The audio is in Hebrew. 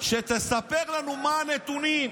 שתספר לנו מה הנתונים.